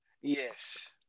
Yes